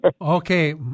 Okay